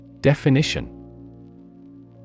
Definition